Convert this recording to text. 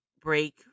break